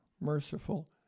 merciful